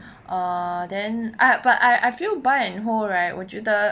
ah then I but I I feel buy and hold right 我觉得